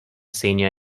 senior